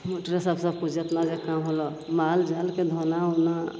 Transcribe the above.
मोटरेसे सबकिछु जतना जतना होलऽ मालजालके धोना उना